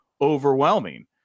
overwhelming